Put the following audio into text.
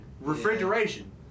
Refrigeration